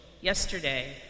Yesterday